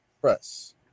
Press